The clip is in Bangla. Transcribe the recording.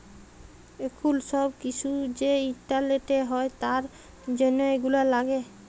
এখুল সব কিসু যে ইন্টারলেটে হ্যয় তার জনহ এগুলা লাগে